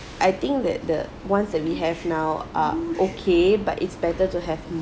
I think that the ones that we have now are okay but it's better to have